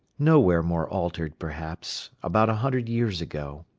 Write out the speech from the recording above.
nowhere more altered, perhaps, about a hundred years ago,